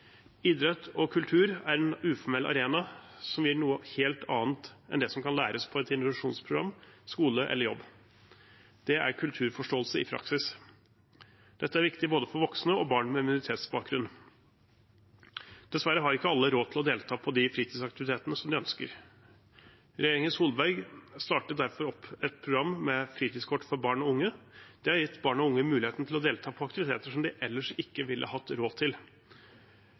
Idrett og kultur er en uformell arena som gir noe helt annet enn det som kan læres på et introduksjonsprogram, i skole eller på jobb. Det er kulturforståelse i praksis. Dette er viktig for både voksne og barn med minoritetsbakgrunn. Dessverre har ikke alle råd til å delta på de fritidsaktivitetene som de ønsker. Regjeringen Solberg startet derfor opp et program med fritidskort for barn og unge. Det har gitt barn og unge muligheten til å delta på aktiviteter som de ellers ikke ville hatt råd til.